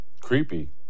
Creepy